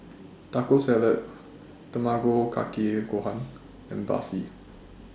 Taco Salad Tamago Kake Gohan and Barfi